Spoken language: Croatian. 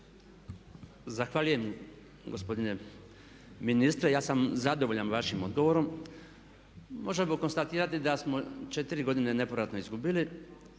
Zahvaljujem gospodine ministre. Ja sam zadovoljan vašim odgovorom. Možemo konstatirati da smo 4 godine nepovratno izgubili,